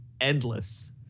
endless